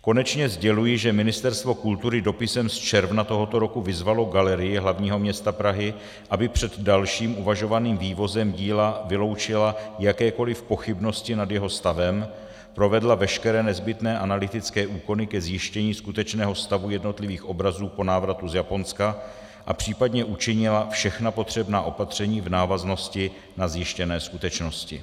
Konečně sděluji, že Ministerstvo kultury dopisem z června tohoto roku vyzvalo Galerii hlavního města Prahy, aby před dalším uvažovaným vývozem díla vyloučila jakékoli pochybnosti nad jeho stavem, provedla veškeré nezbytné analytické úkony ke zjištění skutečného stavu jednotlivých obrazů po návratu z Japonska a případně učinila všechna potřebná opatření v návaznosti na zjištěné skutečnosti.